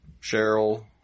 Cheryl